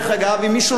אם מישהו לא שמע,